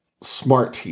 smart